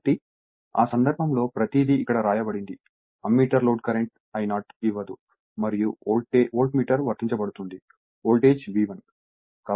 కాబట్టి ఆ సందర్భంలో ప్రతీది ఇక్కడ వ్రాయబడింది అమ్మీటర్ లోడ్ కరెంట్ I0 ఇవ్వదు మరియు వోల్ట్మీటర్ వర్తించబడుతుంది వోల్టేజ్ V1